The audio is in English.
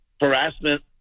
harassment